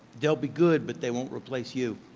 they'll be good, but they won't replace you.